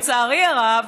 לצערי הרב,